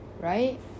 right